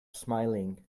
smiling